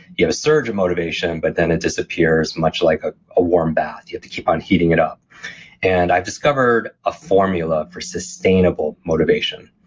you have a surge of motivation, but then it disappears much like ah a warm bath, you have to keep on heating it up and i've discovered a formula for sustainable motivation.